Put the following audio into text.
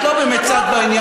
את לא באמת צד בעניין,